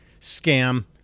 scam